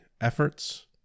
efforts